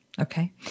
Okay